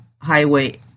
Highway